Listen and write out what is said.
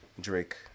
Drake